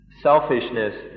selfishness